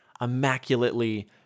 immaculately